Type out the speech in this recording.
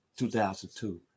2002